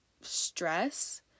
stress